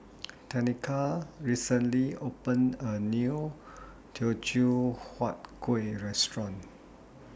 Tenika recently opened A New Teochew Huat Kuih Restaurant